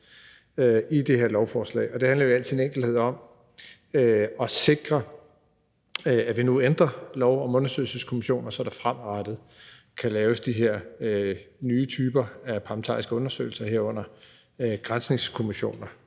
i det her lovforslag. Det handler jo i al sin enkelhed om at sikre, at vi nu ændrer lov om undersøgelseskommissioner, så der fremadrettet kan laves de her nye typer af parlamentariske undersøgelser, herunder nedsættes granskningskommissioner.